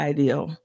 Ideal